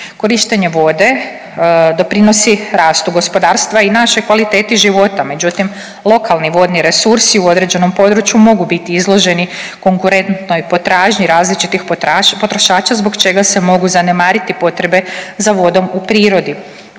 Korištenje vode doprinosi rastu gospodarstva i našoj kvaliteti života, međutim lokalni vodni resursi u određenom području mogu biti izloženi konkurentnoj potražnji različitih potrošača zbog čega se mogu zanemariti potrebe za vodom u prirodi.